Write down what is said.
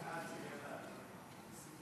ההצעה להעביר את הצעת